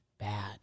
Bad